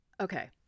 Okay